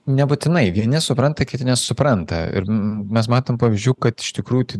nebūtinai vieni supranta kiti nesupranta ir mes matom pavyzdžių kad iš tikrųjų